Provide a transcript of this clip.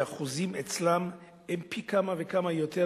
והאחוזים אצלם הם פי כמה וכמה יותר